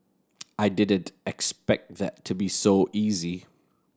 I didn't expect that to be so easy